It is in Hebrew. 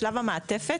בשלב המעטפת,